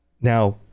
Now